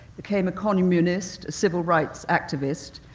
became a communist, a civil rights activist,